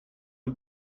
you